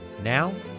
Now